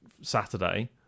saturday